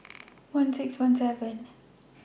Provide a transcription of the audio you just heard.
one six one seven